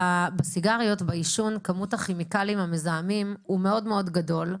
בעישון כמות הכימיקלים המזהמים הוא מאוד גדול,